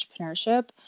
Entrepreneurship